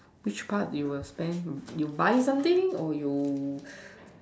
which part you will spend you buy something or you